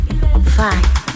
fight